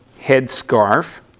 headscarf